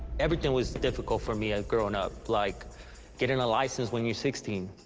everything was difficult for me ah growing up, like getting a license when you're sixteen,